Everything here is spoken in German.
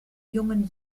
jungen